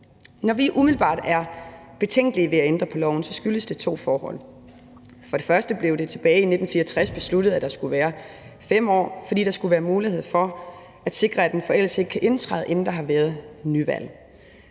Når vi umiddelbart er betænkelige ved at ændre på loven, skyldes det to forhold. Det første forhold er, at det tilbage i 1964 blev besluttet, at det skulle være 5 år, fordi der skulle være mulighed for at sikre, at en forældelse ikke kan indtræde, før der har været nyvalg.